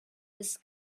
ist